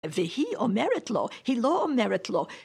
והיא אומרת לו, היא לא אומרת לו